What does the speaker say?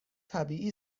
طبیعی